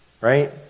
Right